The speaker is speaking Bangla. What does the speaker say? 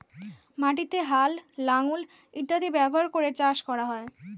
মাটিতে হাল, লাঙল ইত্যাদি ব্যবহার করে চাষ করা হয়